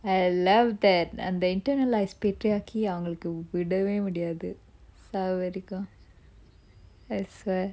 I love that and I internalise patriarchy அவங்களுக்கு விடவே முடியாது சாவு வரைக்கும்:avangalukku vidave mudiyathu savu varaikkum I swear